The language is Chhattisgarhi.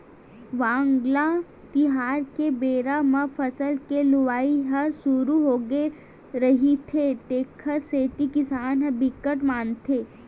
वांगला तिहार के बेरा म फसल के लुवई ह सुरू होगे रहिथे तेखर सेती किसान ह बिकट मानथे